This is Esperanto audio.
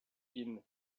ŝin